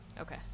Okay